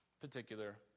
particular